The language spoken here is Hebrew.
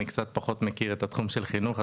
אני קצת פחות מכיר את התחום של חינוך,